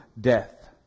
death